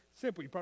simple